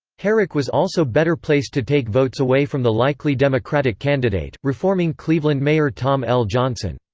herrick was also better-placed to take votes away from the likely democratic candidate, reforming cleveland mayor tom l. johnson.